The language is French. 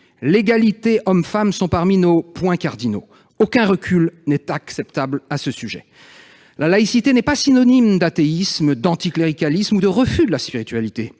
l'égalité entre hommes et femmes sont parmi nos points cardinaux. Aucun recul n'est acceptable à ce sujet. La laïcité n'est pas synonyme d'athéisme, d'anticléricalisme, ou de refus de la spiritualité.